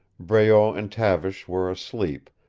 breault and tavish were asleep,